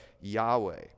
Yahweh